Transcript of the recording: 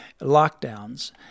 lockdowns